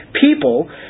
people